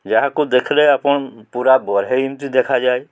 ଯାହାକୁ ଦେଖିଲେ ଆପଣ ପୁରା ଏମିତି ଦେଖାଯାଏ